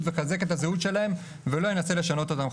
ויחזק את הזהות שלהם ולא ינסה לשנות אותם,